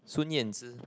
Sun-Yanzi